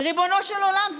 ריבונו של עולם,